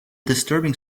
disturbing